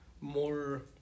more